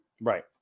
Right